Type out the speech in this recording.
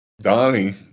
Donnie